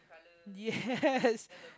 yes